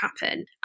happen